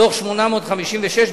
דוח 856,